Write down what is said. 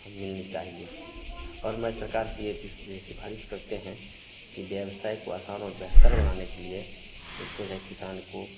हं मिलने चाहिए और मैं सरकार से यह पिस यह सिफारिश करते हैं कि व्यवसाय को आसान और बेहतर बनाने के लिए उसको जो है किसान को